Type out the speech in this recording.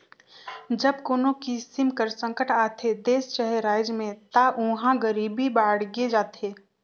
जब कोनो किसिम कर संकट आथे देस चहे राएज में ता उहां गरीबी बाड़गे जाथे